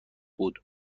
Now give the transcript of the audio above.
بود